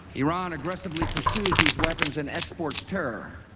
iran aggressively pursues these weapons and exports terror.